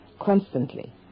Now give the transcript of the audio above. constantly